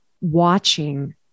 watching